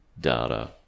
data